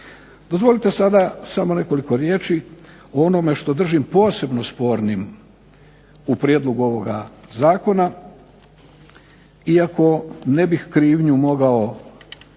Dozvolite sada samo nekoliko riječi o onome što držim posebno spornim u prijedlogu ovoga zakona iako ne bih krivnju mogao